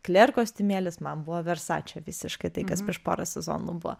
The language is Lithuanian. kler kostiumėlis man buvo versačio visiškai tai kas prieš porą sezonų buvo